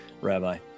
Rabbi